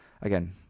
Again